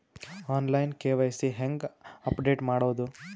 On line KYC ಹೇಂಗ update ಮಾಡೋದು?